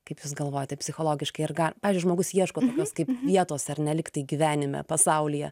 kaip jūs galvojate psichologiškai ar ga pavyzdžiui žmogus ieško kaip vietos ar ne liktai gyvenime pasaulyje